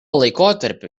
laikotarpiu